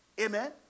Amen